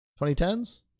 2010s